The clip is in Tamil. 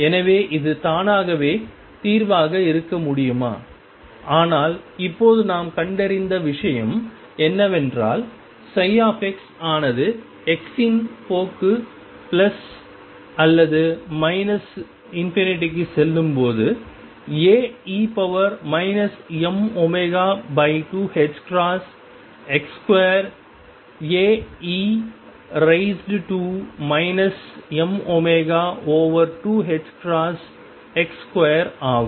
எனவே இது தானாகவே தீர்வாக இருக்க முடியுமா ஆனால் இப்போது நாம் கண்டறிந்த விஷயம் என்னவென்றால் ψ ஆனது x இன் போக்கு பிளஸ் அல்லது மைனஸ் ∞ செல்லும்போது Ae mω2ℏx2A e raise to minus m omega over 2 h cross x square ஆகும்